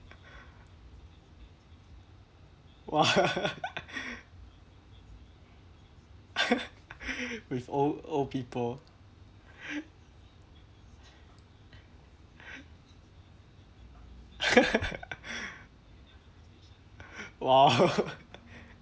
!wah! with old old people !wow!